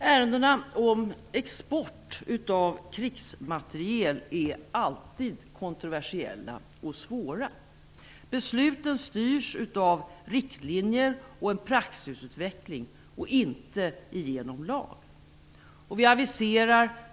Ärendena om export av krigsmateriel är alltid kontroversiella och svåra. Besluten styrs av riktlinjer och praxisutveckling och inte genom lag.